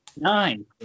Nine